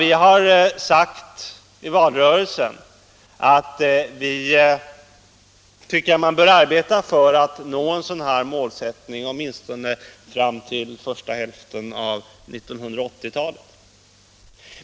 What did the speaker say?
I valrörelsen har vi sagt att vi tycker att man bör arbeta för att nå ett sådant mål åtminstone under första hälften av 1980-talet.